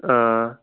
آ